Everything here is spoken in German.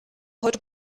heute